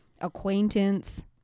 acquaintance